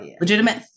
Legitimate